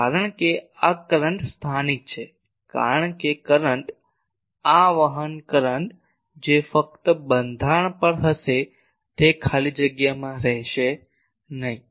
કારણ કે આ કરંટ સ્થાનિક છે કારણ કે કરંટ આ વહન કરંટ જે ફક્ત આ બંધારણ પર હશે તે ખાલી જગ્યામાં રહેશે નહીં